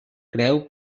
creu